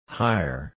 higher